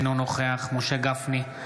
אינו נוכח משה גפני,